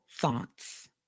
Thoughts